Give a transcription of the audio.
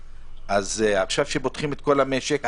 עכשיו כשפותחים את כל המשק,